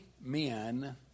men